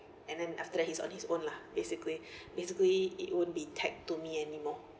and then after that he's on his own lah basically basically it won't be tagged to me anymore